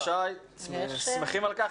תודה רבה, שי, שמחים על כך.